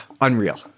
Unreal